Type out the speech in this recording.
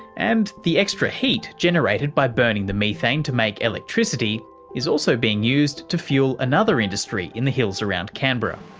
and the extra heat generated by burning the methane to make electricity is also being used to fuel another industry in the hills around canberra.